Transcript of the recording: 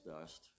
dust